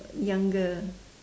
younger